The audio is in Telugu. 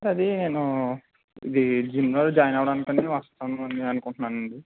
సర్ అదీ నేనూ ఇదీ జిమ్లో జాయిన్ అవ్వడానికి అండి వస్తున్నానని అనుకుంటున్నాను అండి